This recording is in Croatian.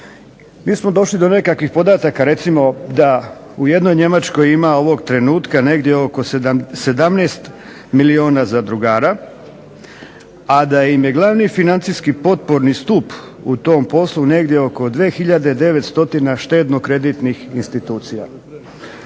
Mi smo došli do nekakvih podataka recimo da u jednoj Njemačkoj ima ovog trenutka negdje oko 17 milijuna zadrugara, a da im je glavni financijski potporni stup u tom poslu negdje oko 2 hiljade 9 stotina štedno-kreditnih institucija.